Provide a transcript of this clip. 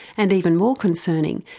and even more concerning,